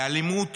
לאלימות